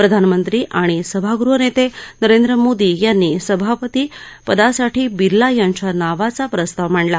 प्रधानमंत्री आणि सभागृह नेते नरेंद्र मोदी यांनी सभापती पदासाठी बिर्ला यांच्या नावाचा प्रस्ताव मांडला